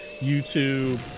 YouTube